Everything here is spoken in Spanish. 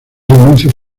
anuncios